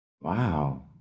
wow